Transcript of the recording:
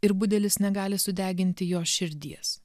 ir budelis negali sudeginti jos širdies